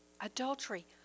adultery